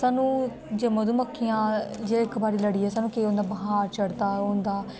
सानू मधुमक्खियां जे इक बारी लडी जान ते होई जंदा बखार चढ़दा रोंहदा